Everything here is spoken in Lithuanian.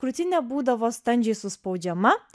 krūtinė būdavo standžiai suspaudžiama